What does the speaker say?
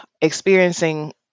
experiencing